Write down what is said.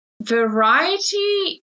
variety